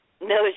No